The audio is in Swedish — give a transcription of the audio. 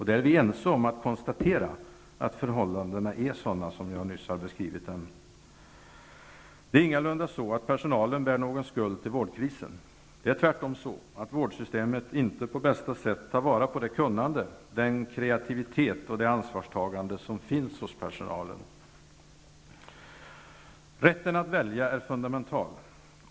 Vi är ense om att förhållandena är sådana som jag nyss har beskrivit. Det är ingalunda så att personalen bär någon skuld till vårdkrisen. Det är tvärtom så, att vårdsystemet inte på bästa sätt tar vara på det kunnande, den kreativitet och det ansvarstagande som finns hos personalen. Rätten att välja är fundamental.